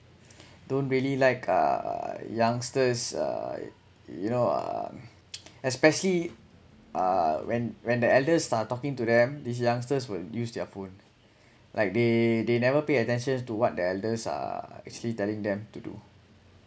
don't really like uh youngsters uh you know uh especially uh when when the elder start talking to them these youngsters will use their phone like they they never pay attention to what the elders uh actually telling them to do